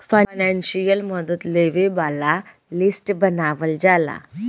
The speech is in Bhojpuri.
फाइनेंसियल मदद लेबे वाला लिस्ट बनावल जाला